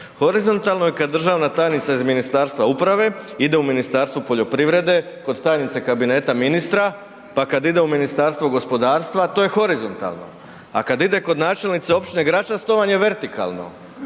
Horizontalno je kad državna tajnica iz Ministarstva uprave ide u Ministarstvo poljoprivrede kod tajnice Kabineta ministra pa kad ide u Ministarstvo gospodarstva, to je horizontalno. A kad ide kod načelnice općine Gračac, to vam je vertikalno.